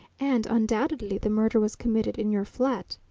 and undoubtedly the murder was committed in your flat.